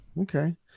Okay